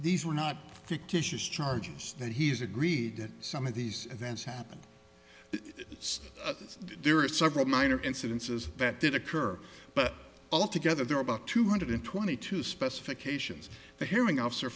these were not fictitious charges that he's agreed that some of these events happened yes there are several minor incidences that did occur but all together there are about two hundred in twenty two specifications the hearing officer